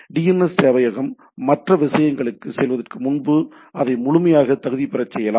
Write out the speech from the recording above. எனவே டிஎன்எஸ் சேவையகம் மற்ற விஷயங்களுக்குச் செல்வதற்கு முன்பு அதை முழுமையாக தகுதிபெறச் செய்யலாம்